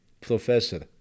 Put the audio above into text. professor